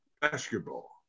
basketball